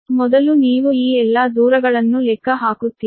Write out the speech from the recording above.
ಮೊದಲು ನೀವು ಈ ಎಲ್ಲಾ ಡಿಸ್ಟೆನ್ಸ್ ಗಳನ್ನು ಲೆಕ್ಕ ಹಾಕುತ್ತೀರಿ